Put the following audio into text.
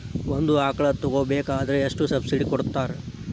ಒಂದು ಆಕಳ ತಗೋಬೇಕಾದ್ರೆ ಎಷ್ಟು ಸಬ್ಸಿಡಿ ಕೊಡ್ತಾರ್?